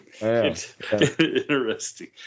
Interesting